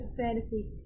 fantasy